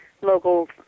local